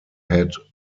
had